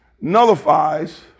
nullifies